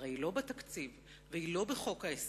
הרי היא לא בתקציב והיא לא בחוק ההסדרים?